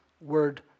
word